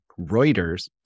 Reuters